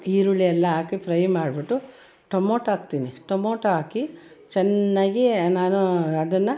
ಈರುಳ್ಳಿ ಎಲ್ಲ ಹಾಕಿ ಫ್ರೈ ಮಾಡಿಬಿಟ್ಟು ಟೊಮೋಟ್ ಹಾಕ್ತೀನಿ ಟೊಮೋಟೊ ಹಾಕಿ ಚೆನ್ನಾಗಿ ನಾನು ಅದನ್ನು